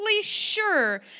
sure